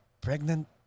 pregnant